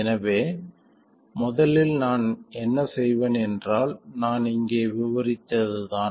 எனவே முதலில் நான் என்ன செய்வேன் என்றால் நான் இங்கே விவரித்ததுதான்